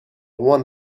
one